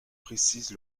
précise